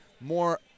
more